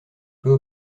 peut